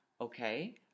Okay